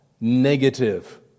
negative